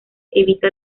evita